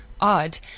odd